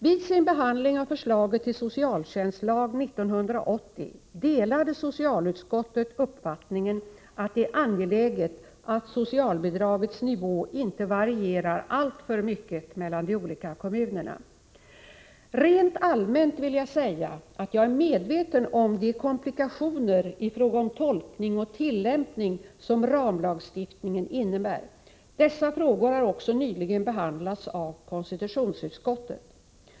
Vid sin behandling av förslaget till socialtjänstlag 1980 delade socialutskottet .